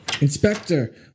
Inspector